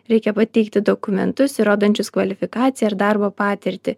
reikia pateikti dokumentus įrodančius kvalifikaciją ir darbo patirtį